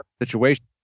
situation